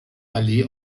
allee